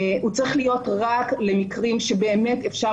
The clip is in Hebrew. הוא צריך להיות רק למקרים שבאמת אפשר